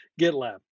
GitLab